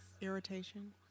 Irritation